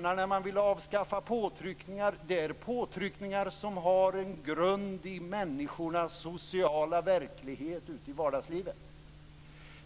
med att man vill avskaffa påtryckningar gäller sådana påtryckningar som har sin grund i människornas sociala verklighet ute i vardagslivet.